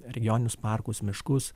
regioninius parkus miškus